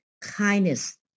kindness